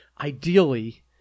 ideally